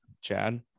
chad